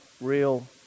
real